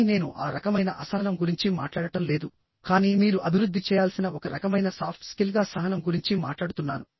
కానీ నేను ఆ రకమైన అసహనం గురించి మాట్లాడటం లేదు కానీ మీరు అభివృద్ధి చేయాల్సిన ఒక రకమైన సాఫ్ట్ స్కిల్ గా సహనం గురించి మాట్లాడుతున్నాను